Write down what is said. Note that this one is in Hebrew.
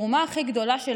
"התרומה הכי גדולה של